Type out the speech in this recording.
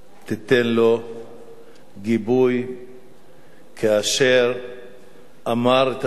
תיתן לו גיבוי כאשר הוא אמר את הדברים